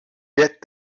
get